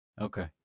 okay